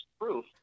proof